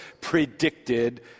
predicted